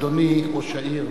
אדוני ראש העיר,